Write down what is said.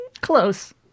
Close